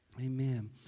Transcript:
Amen